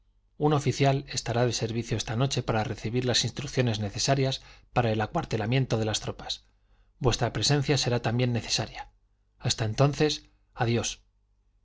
un oficial estará de servicio esta noche para recibir las instrucciones necesarias para el acuartelamiento de las tropas vuestra presencia será también necesaria hasta entonces adiós